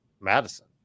Madison